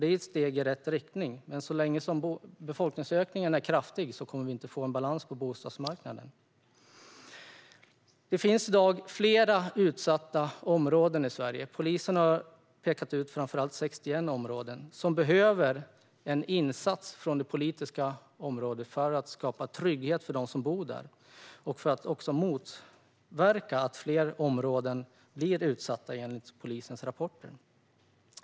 Det är ett steg i rätt riktning, men så länge befolkningsökningen är kraftig kommer vi inte att få en balans på bostadsmarknaden. Det finns flera utsatta områden i Sverige. Polisen har pekat ut framför allt 61 områden som behöver en insats från politiskt håll för att det ska skapas trygghet för dem som bor där. Det handlar också om att motverka att fler områden blir utsatta enligt polisens rapporter.